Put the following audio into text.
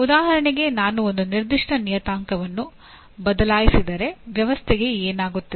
ಉದಾಹರಣೆಗೆ ನಾನು ಒಂದು ನಿರ್ದಿಷ್ಟ ನಿಯತಾಂಕವನ್ನು ಬದಲಾಯಿಸಿದರೆ ವ್ಯವಸ್ಥೆಗೆ ಏನಾಗುತ್ತದೆ